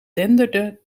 denderde